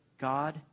God